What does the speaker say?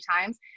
times